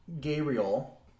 Gabriel